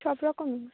সব রকমই